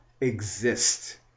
exist